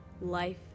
life